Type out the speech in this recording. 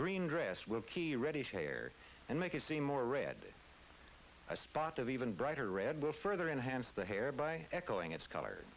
green dress will key readies hair and make it seem more red a spot of even brighter red will further enhance the hair by echoing its color